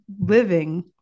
living